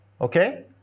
okay